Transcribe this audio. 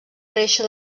reixa